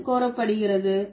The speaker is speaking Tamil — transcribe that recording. என்ன கோரப்படுகிறது